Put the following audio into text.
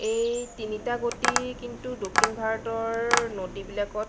এই তিনিটা গতি কিন্তু দক্ষিণ ভাৰতৰ নদী বিলাকত